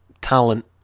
talent